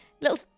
little